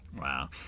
Wow